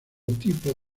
tipo